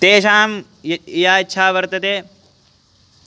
तेषां य् या इच्छा वर्तते